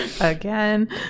Again